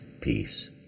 peace